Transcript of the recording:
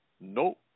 no